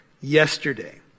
yesterday